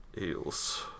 Eels